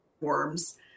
worms